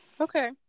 okay